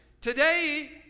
Today